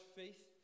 faith